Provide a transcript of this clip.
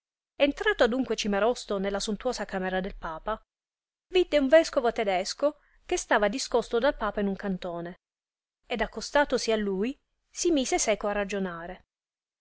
entrato adunque cimarosto nella sontuosa camera del papa vidde un vescovo tedesco che stava discosto dal papa in un cantone ed accostatosi a lui si mise seco a ragionare